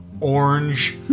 orange